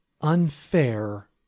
unfair